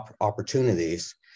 opportunities